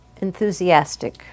enthusiastic